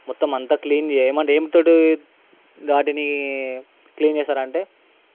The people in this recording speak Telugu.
మొత్తం అంత క్లీన్ చేయమంటే ఏం తోడు వాటిని క్లీన్ చేస్తారంటే